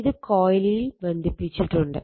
ഇത് കൊയിലിൽ ബന്ധിപ്പിച്ചിട്ടുണ്ട്